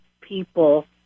people